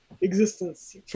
existence